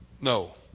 No